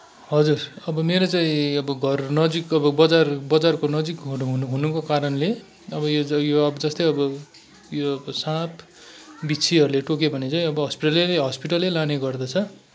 हजुर अब मेरो चाहिँ अब घर नजिक अब बजार बजारको नजिक घर हुनु हुनुको कारणले अब यो यो जस्तै अब यो साँप बिच्छीहरूले टोक्यो भने चाहिँ अब हस्पिटलै हस्पिटलै लाने गर्दछ